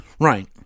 Right